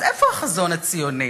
אז איפה החזון הציוני?